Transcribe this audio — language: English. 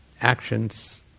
actions